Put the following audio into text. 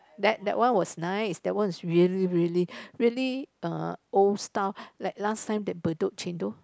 that that one was nice that one is really really really uh old style like last time the Bedok chendol